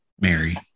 mary